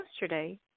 yesterday